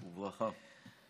וברכה.